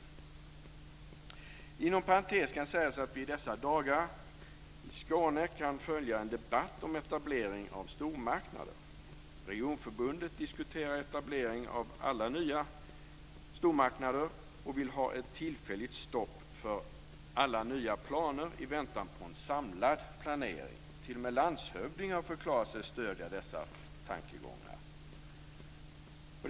Inom parentes skall jag säga att vi i dessa dagar i Skåne kan följa en debatt om etablering av stormarknader. Regionförbundet diskuterade etablering av alla nya stormarknader och vill ha ett tillfälligt stopp för alla nya planer i väntan på en samlad planering. T.o.m. landshövdingar förklarar sig stödja dessa tankegångar.